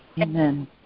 Amen